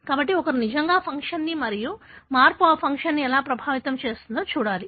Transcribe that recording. కాబట్టి ఒకరు నిజంగా ఫంక్షన్ని మరియు మార్పు ఆ ఫంక్షన్ని ఎలా ప్రభావితం చేస్తుందో చూడాలి